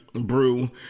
Brew